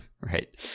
Right